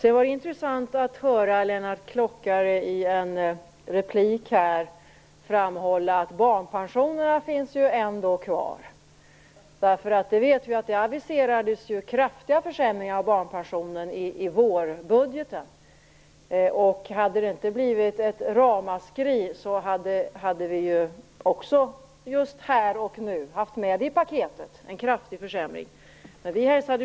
Det var intressant att höra Lennart Klockare i en replik framhålla att barnpensionerna ändå finns kvar. Vi vet nämligen att det aviserades kraftiga försämringar av barnpensionen i vårbudgeten. Om det inte hade blivit ett ramaskri hade vi också här och nu haft med den kraftiga försämringen i paketet.